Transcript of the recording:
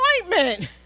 appointment